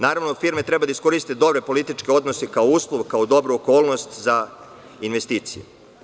Naravno, firme treba da iskoriste dobre političke odnose kao uslov, kao dobru okolnost za investicije.